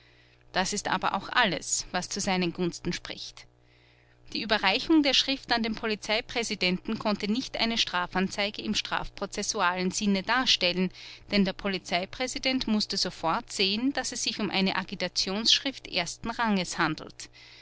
das ist aber auch alles was zu seinen gunsten spricht die überreichung der schrift an den polizeipräsidenten konnte nicht eine strafanzeige im strafprozessualen sinne darstellen denn der polizeipräsident mußte sofort sehen daß es sich um eine agitationsschrift ersten ranges handelt